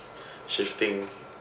shifting